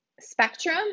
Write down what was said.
spectrum